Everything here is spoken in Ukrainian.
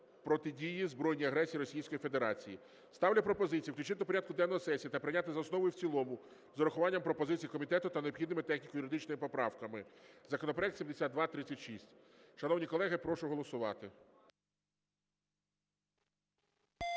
протидії збройній агресії Російської Федерації. Ставлю пропозицію включити до порядку денного сесії та прийняти за основу і в цілому з урахуванням пропозицій комітету та необхідними техніко-юридичними поправками законопроект 7236. Шановні колеги, прошу голосувати.